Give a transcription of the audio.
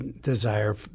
desire